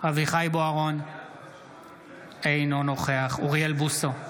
אינו נוכח אוריאל בוסו,